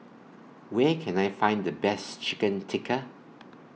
Where Can I Find The Best Chicken Tikka